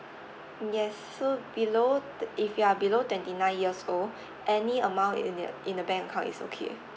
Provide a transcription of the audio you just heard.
yes so below te~ if you are below twenty nine years old any amount in your in the bank account is okay